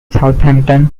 southampton